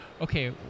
okay